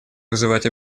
вызывать